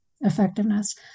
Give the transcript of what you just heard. effectiveness